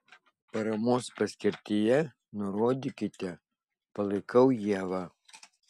paramos paskirtyje nurodykite palaikau ievą